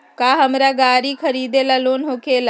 का हमरा गारी खरीदेला लोन होकेला?